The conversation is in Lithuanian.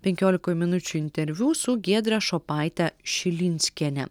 penkiolikoj minučių nterviu su giedre šopaite šilinskiene